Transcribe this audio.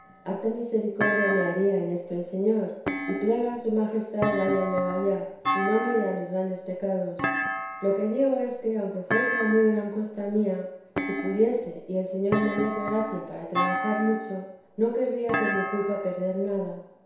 harta misericordia me haría en esto el señor y plegué a su majestad vaya yo allá y no mire a mis grandes pecados lo que digo es que aunque fuese a muy gran costa mía si pudiese que el señor me diese gracia para trabajar mucho no querría por mi culpa perder nada